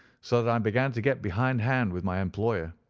so that i um began to get behind hand with my employer.